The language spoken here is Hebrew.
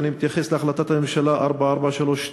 ואני מתייחס להחלטת הממשלה 4432,